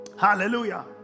Hallelujah